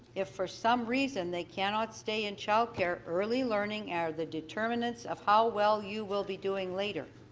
if for some reason they cannot stay in child care early learning are the determinants of how well you will be doing later.